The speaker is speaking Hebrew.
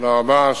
תודה רבה.